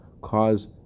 cause